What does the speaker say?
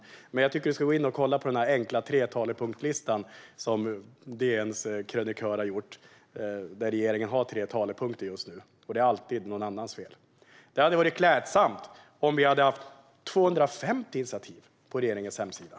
Jag tycker att statsrådet ska gå in och titta på den enkla talepunktlista som DN:s krönikör har gjort, där regeringen har tre talepunkter just nu. Och det är alltid någon annans fel. Det hade varit klädsamt om det hade funnits 250 initiativ på regeringens hemsida.